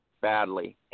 badly